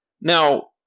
Now